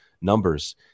numbers